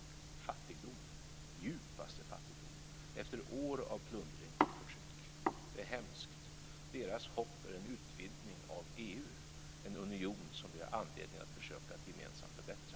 Det är fattigdom, djupaste fattigdom, efter år av plundring och förtryck, och det är hemskt. Deras hopp är en utvidgning av EU, en union som vi har anledning att försöka att gemensamt förbättra.